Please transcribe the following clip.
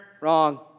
Wrong